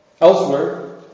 Elsewhere